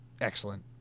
excellent